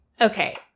Okay